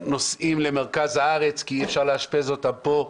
נוסעים למרכז הארץ כי אי-אפשר לאשפז אותם פה.